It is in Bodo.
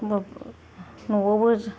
एखमब्ला नयावबो